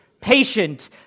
patient